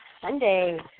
Sunday